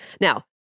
Now